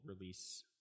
release